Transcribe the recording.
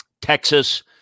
Texas